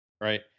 right